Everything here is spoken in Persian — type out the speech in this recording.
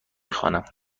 خوانم